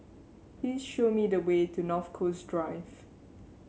please show me the way to North Coast Drive